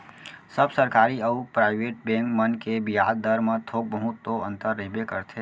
सब सरकारी अउ private bank मन के बियाज दर म थोक बहुत तो अंतर रहिबे करथे